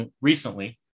recently